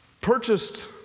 Purchased